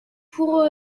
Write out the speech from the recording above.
pour